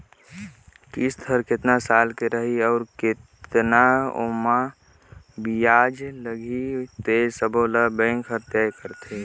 किस्त हर केतना साल के रही अउ केतना ओमहा बियाज लगही ते सबो ल बेंक हर तय करथे